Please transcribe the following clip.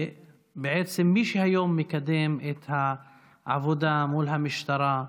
מי שהיום מקדם את העבודה מול המשטרה,